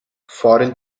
foreign